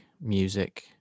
music